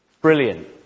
Brilliant